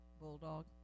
bulldog